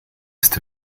ist